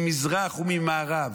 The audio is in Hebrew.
ממזרח וממערב.